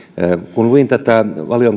kun luin tätä